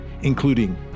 including